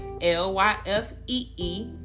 L-Y-F-E-E